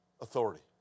Authority